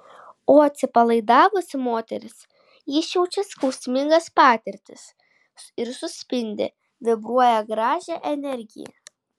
o atsipalaidavusi moteris išjaučia skausmingas patirtis ir suspindi vibruoja gražią energiją